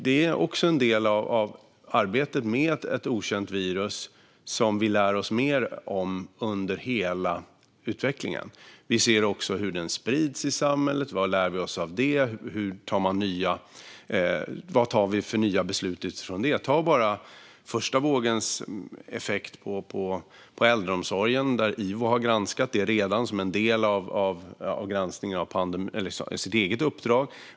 Det är också en del av arbetet med ett okänt virus som vi lär oss mer om under hela utvecklingen. Vi ser också hur viruset sprids i samhället. Vad lär vi oss av det? Vilka nya beslut ska vi fatta? Se på första vågens effekt på äldreomsorgen! IVO har granskat den redan som en del av sitt eget uppdrag.